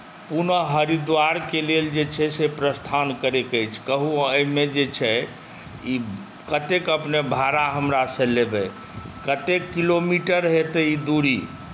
पुन हरिद्वारके लेल जे छै से प्रस्थान करैके अछि कहू एहिमे जे छै ई कतेक अपने भाड़ा हमरासँ लेबै कतेक किलोमीटर हेतै ई दूरी